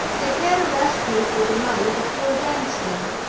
they can't arrest me for the money before wednesday.